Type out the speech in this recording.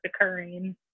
occurring